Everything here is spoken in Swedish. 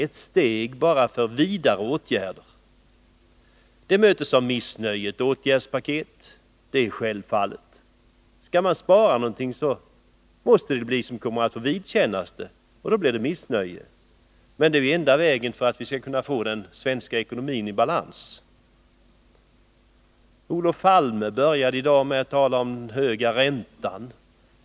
Självfallet möts detta åtgärdspaket av missnöje, eftersom det ju blir människorna i detta land som drabbas av de besparingar som måste göras. Men det är den enda vägen att gå för att skapa balans i den svenska ekonomin. I sitt inledningsanförande i dag började Olof Palme med att tala om den höga räntan.